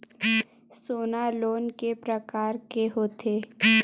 सोना लोन के प्रकार के होथे?